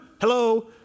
Hello